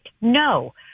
No